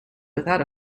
without